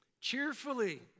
Cheerfully